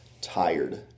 tired